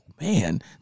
Man